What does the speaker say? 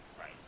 Right